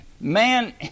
man